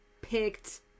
picked